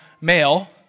male